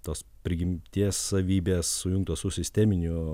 tos prigimties savybės sujungtos su sisteminiu